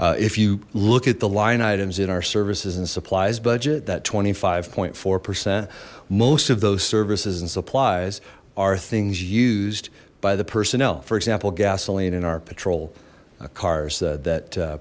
fact if you look at the line items in our services and supplies budget that twenty five point four percent most of those services and supplies are things used by the personnel for example gasoline in our patrol cars that